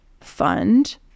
fund